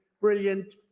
brilliant